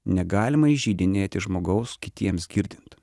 negalima įžeidinėti žmogaus kitiems girdint